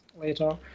later